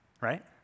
right